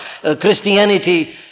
Christianity